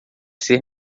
ser